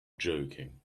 joking